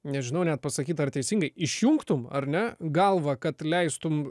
nežinau net pasakyt ar teisingai išjungtum ar ne galvą kad leistum